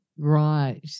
Right